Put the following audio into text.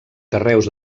carreus